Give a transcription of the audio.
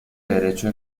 derecho